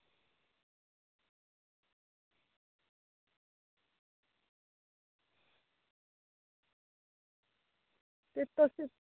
ते तुस